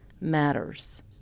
matters